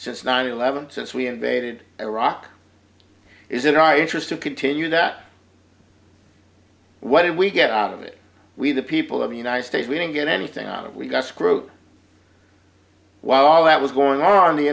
since nine eleven since we invaded iraq is in our interest to continue that what did we get out of it we the people of the united states we didn't get anything out of we got screwed while all that was going